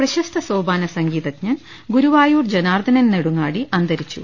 പ്രശസ്ത സോപാന സംഗീതജ്ഞൻ ഗുരുവായൂർ ജനാർദ്ദനൻ നെടുങ്ങാടി അന്തരിച്ചു